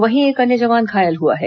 वहीं दो अन्य जवान घायल हुए हैं